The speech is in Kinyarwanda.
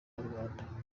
inyarwanda